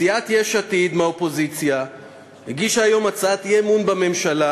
סיעת יש עתיד מהאופוזיציה הגישה היום הצעת אי-אמון בממשלה,